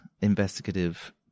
investigative